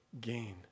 gain